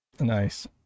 Nice